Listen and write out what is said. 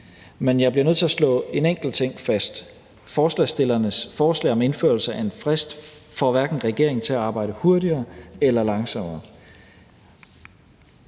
Men jeg bliver nødt til at slå en enkelt ting fast: Forslagsstillernes forslag om indførelse af en frist får hverken regeringen til at arbejde hurtigere eller langsommere.